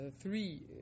three